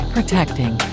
Protecting